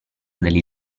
degli